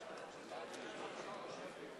מצביעה יולי יואל אדלשטיין,